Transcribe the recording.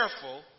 careful